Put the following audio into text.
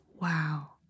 wow